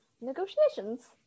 negotiations